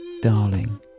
darling